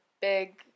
big